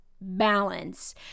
balance